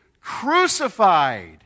crucified